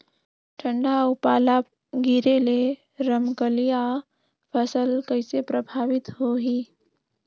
ठंडा अउ पाला गिरे ले रमकलिया फसल कइसे प्रभावित होही?